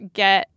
get